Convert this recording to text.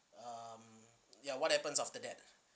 um ya what happens after that